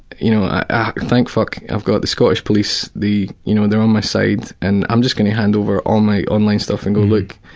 you know ah thank fuck i've got the scottish police, you know they're on my side, and i'm just gonna hand over all my online stuff, and go look.